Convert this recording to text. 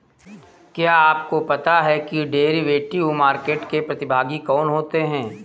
क्या आपको पता है कि डेरिवेटिव मार्केट के प्रतिभागी कौन होते हैं?